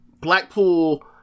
Blackpool